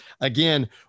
Again